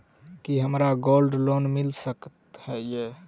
की हमरा gold loan मिल सकैत ये?